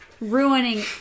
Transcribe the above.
ruining